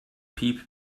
piep